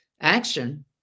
action